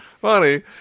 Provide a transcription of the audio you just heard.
funny